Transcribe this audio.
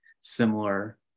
similar